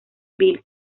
bill